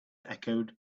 echoed